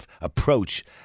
approach